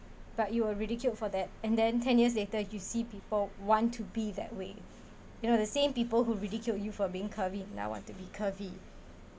but you were ridiculed for that and then ten years later you see people want to be that way you know the same people who ridicule you for being curvy and now want to be curvy